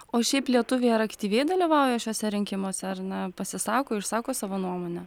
o šiaip lietuviai ar aktyviai dalyvauja šiuose rinkimuose ar na pasisako išsako savo nuomonę